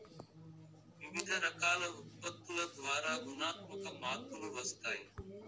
వివిధ రకాల ఉత్పత్తుల ద్వారా గుణాత్మక మార్పులు వస్తాయి